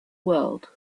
world